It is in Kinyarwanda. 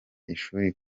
ishuri